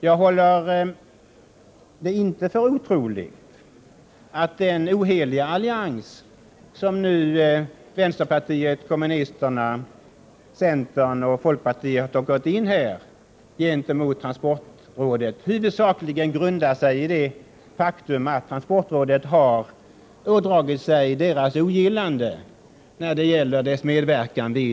Jag håller det inte för otroligt att den oheliga allians som vänsterpartiet kommunisterna, centern och folkpartiet nu har ingått gentemot transportrådet huvudsakligen grundar sig på det faktum att transportrådet har ådragit sig landet.